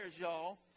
y'all